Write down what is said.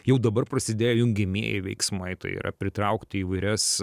jau dabar prasidėjo jungiamieji veiksmai tai yra pritraukti įvairias